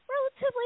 relatively